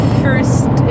first